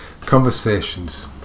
conversations